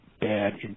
bad